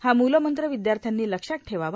हा मुलमंत्र विद्यार्थ्यांनी लक्षात ठेवावा